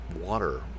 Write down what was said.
water